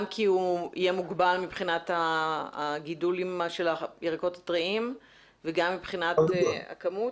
גם כי הוא יהיה מוגבל מבחינת הגידול של הירקות הטריים וגם מבחינת הכמות?